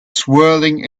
swirling